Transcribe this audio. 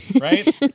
Right